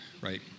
right